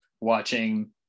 watching